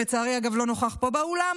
שלצערי, אגב, לא נוכח פה באולם,